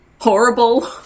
horrible